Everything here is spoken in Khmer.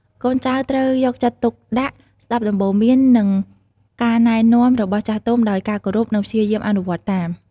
កូនចៅត្រូវ យកចិត្តទុកដាក់ស្ដាប់ដំបូន្មាន និងការណែនាំរបស់ចាស់ទុំដោយគោរព និងព្យាយាមអនុវត្តតាម។